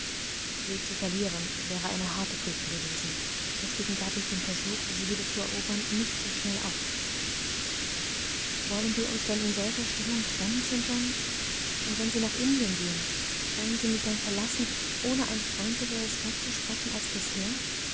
sie zu verlieren wäre eine harte prüfung gewesen deshalb gab ich den versuch sie wieder zu erobern nicht so schnell auf wollen wir uns denn in solcher stimmung trennen st john und wenn sie nach indien gehen wollen sie mich dann verlassen ohne ein freundlicheres wort zu sprechen als bisher